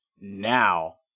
Now